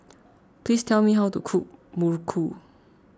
please tell me how to cook Muruku